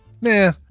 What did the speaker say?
nah